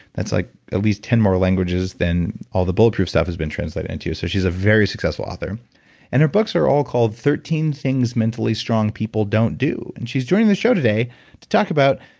that's like at least ten more languages than all the bulletproof has been translated into. so, she's a very successful author and her books are all called thirteen things mentally strong people don't do. and she's joining the show today to talk about,